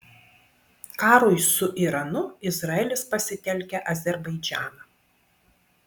karui su iranu izraelis pasitelkia azerbaidžaną